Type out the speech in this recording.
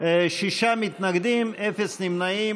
שישה מתנגדים, אין נמנעים.